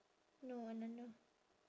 no I don't know